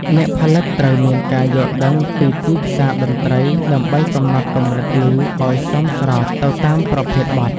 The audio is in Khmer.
អ្នកផលិតត្រូវមានការយល់ដឹងពីទីផ្សារតន្ត្រីដើម្បីកំណត់កម្រិតឮឱ្យសមស្របទៅតាមប្រភេទបទ។